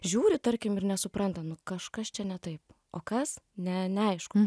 žiūri tarkim ir nesupranta nu kažkas čia ne taip o kas ne neaišku